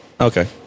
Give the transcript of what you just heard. Okay